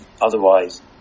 Otherwise